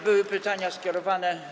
Były pytania skierowane.